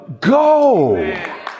go